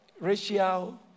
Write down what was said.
Racial